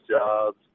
jobs